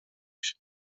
się